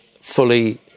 fully